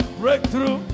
Breakthrough